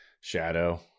shadow